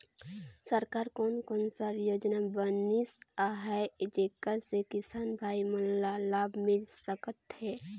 सरकार कोन कोन सा योजना बनिस आहाय जेकर से किसान भाई मन ला लाभ मिल सकथ हे?